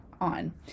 on